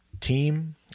team